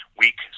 weak